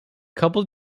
couple